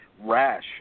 rash